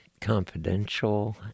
confidential